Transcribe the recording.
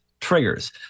triggers